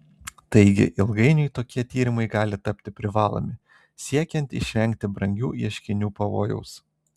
taigi ilgainiui tokie tyrimai gali tapti privalomi siekiant išvengti brangių ieškinių pavojaus